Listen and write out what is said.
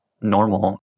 normal